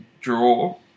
draw